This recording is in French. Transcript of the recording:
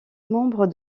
membre